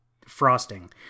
frosting